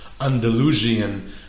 Andalusian